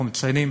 אנחנו מציינים